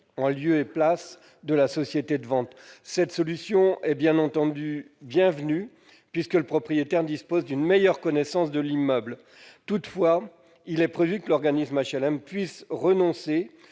en lieu et place de la société de vente. Cette solution est bien entendu bienvenue, puisque le propriétaire dispose d'une meilleure connaissance de l'immeuble. Toutefois, il est prévu que l'organisme HLM puisse renoncer